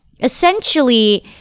essentially